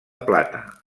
plata